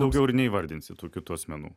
daugiau ir neįvardinsit tų kitų asmenų